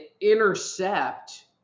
intercept